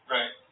Right